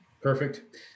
Perfect